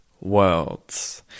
worlds